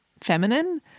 feminine